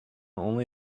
only